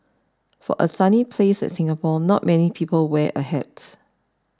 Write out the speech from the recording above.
for a sunny place like Singapore not many people wear a hat